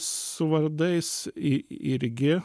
su vardais i irgi